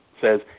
says